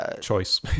Choice